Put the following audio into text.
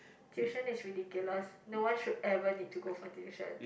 tuition is ridiculous no one should ever need to go for tuition